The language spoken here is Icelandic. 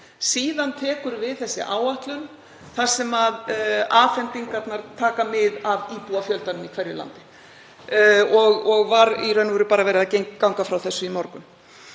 Síðan tekur við áætlun þar sem afhendingarnar taka mið af íbúafjöldanum í hverju landi og var í raun og veru bara verið að ganga frá því í morgun.